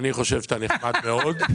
אני חושב שאתה נחמד מאוד.